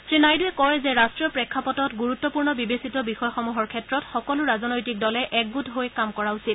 শ্ৰী নাইডুৰে কয় যে ৰাষ্টীয় প্ৰেক্ষাপটত গুৰুত্বপূৰ্ণ বিবেচিত বিষয়সমূহৰ ক্ষেত্ৰত সকলো ৰাজনৈতিক দলে একগোট হৈ কাম কৰা উচিত